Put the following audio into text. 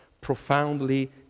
profoundly